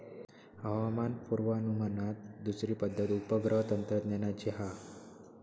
हवामान पुर्वानुमानात दुसरी पद्धत उपग्रह तंत्रज्ञानाची हा